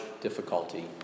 difficulty